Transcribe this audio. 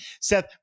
Seth